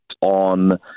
on